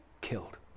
killed